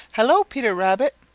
hello, peter rabbit!